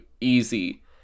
easy